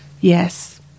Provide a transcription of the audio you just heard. Yes